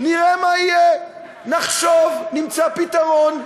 נראה מה יהיה, נחשוב, נמצא פתרון.